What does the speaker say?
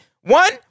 One